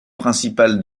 principales